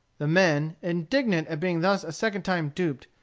the men, indignant at being thus a second time duped,